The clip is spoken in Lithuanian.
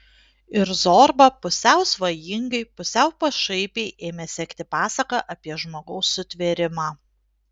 ir zorba pusiau svajingai pusiau pašaipiai ėmė sekti pasaką apie žmogaus sutvėrimą